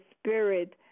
spirit